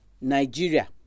Nigeria